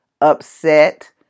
upset